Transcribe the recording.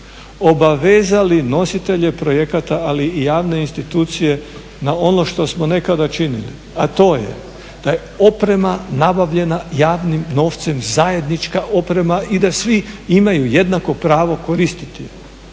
obavezali nositelje projekata, ali i javne institucije na ono što smo nekada činili, a to je da je oprema nabavljena javnim novcem zajednička oprema i da svi imaju jednako pravo koristiti.